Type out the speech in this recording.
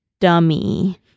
dummy